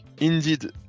Indeed